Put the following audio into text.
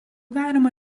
galima